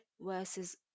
versus